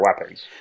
weapons